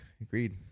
Agreed